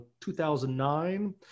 2009